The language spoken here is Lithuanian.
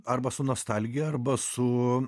arba su nostalgija arba su